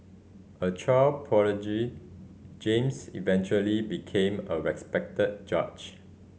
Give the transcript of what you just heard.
a child prodigy James eventually became a respected judge